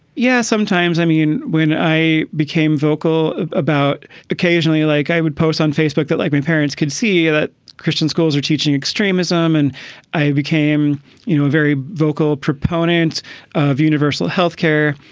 yeah, sometimes. i mean, when i became vocal about occasionally, like i would post on facebook that like my parents could see that christian schools were teaching extremism. and i became, you know, a very vocal proponent of universal health care,